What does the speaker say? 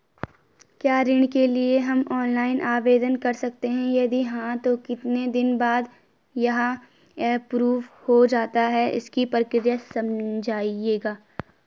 क्या ऋण के लिए हम ऑनलाइन आवेदन कर सकते हैं यदि हाँ तो कितने दिन बाद यह एप्रूव हो जाता है इसकी प्रक्रिया समझाइएगा?